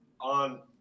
on